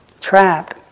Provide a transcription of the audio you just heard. trapped